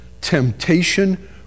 temptation